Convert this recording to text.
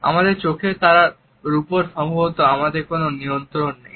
আমাদের চোখের তারা রুপোর সম্ভবত আমাদের কোনো নিয়ন্ত্রণ নেই